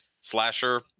slasher